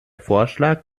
vorschlag